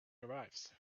arrives